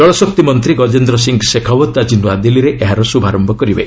କଳଶକ୍ତି ମନ୍ତ୍ରୀ ଗଜେନ୍ଦ୍ର ସିଂ ଶେଖାଓତ୍ ଆକି ନ୍ତଆଦିଲ୍ଲୀରେ ଏହାର ଶୁଭାରୟ କରିବେ